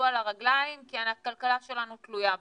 על הרגליים כי הכלכלה שלנו תלויה בהם.